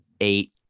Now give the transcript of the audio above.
eight